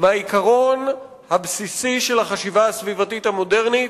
מהעיקרון הבסיסי של החשיבה הסביבתית המודרנית,